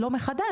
לא מחדש,